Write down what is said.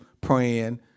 praying